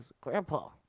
Grandpa